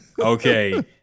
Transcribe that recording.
Okay